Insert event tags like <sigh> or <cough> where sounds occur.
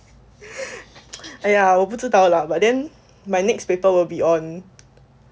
<noise> 哎呀我不知道 lah but then my next paper will be on